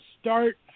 start